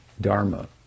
dharma